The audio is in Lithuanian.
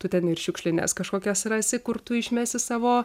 tu ten ir šiukšlines kažkokias rasi kur tu išmesi savo